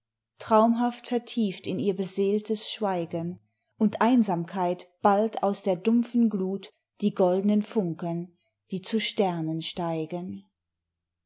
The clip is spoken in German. traumhaft vertieft in ihr beseeltes schweigen und einsamkeit ballt aus der dumpfen glut die goldnen funken die zu sternen steigen